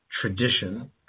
tradition